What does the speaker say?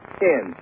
ten